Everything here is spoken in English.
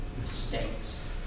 mistakes